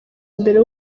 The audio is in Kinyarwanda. mbere